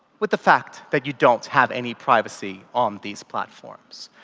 with the fact that you don't have any privacy on these platforms.